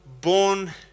born